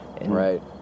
right